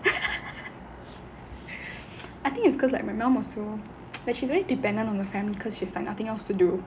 I think it's because like my mum also like she's very dependent on the family because she's like nothing else to do